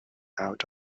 out